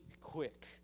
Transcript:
quick